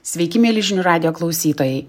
sveiki mieli žinių radijo klausytojai